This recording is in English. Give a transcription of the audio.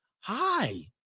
Hi